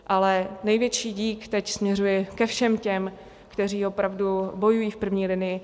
Ale největší dík teď směřuje ke všem těm, kteří opravdu bojují v první linii.